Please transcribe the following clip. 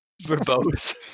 Verbose